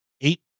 eight